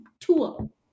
tool